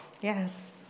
Yes